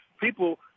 people